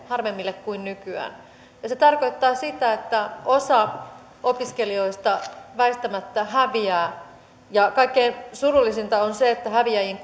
harvemmille kuin nykyään ja se tarkoittaa sitä että osa opiskelijoista väistämättä häviää kaikkein surullisinta on se että häviäjiin